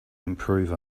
improve